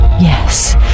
Yes